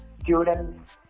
students